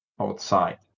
outside